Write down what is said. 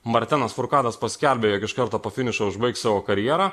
martenas furkadas paskelbė jog iš karto po finišo užbaigs savo karjerą